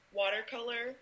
watercolor